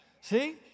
See